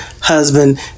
husband